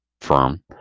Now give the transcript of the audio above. firm